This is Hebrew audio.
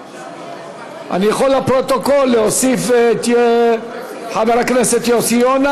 אני יכול להוסיף לפרוטוקול את חבר הכנסת יוסי יונה,